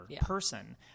person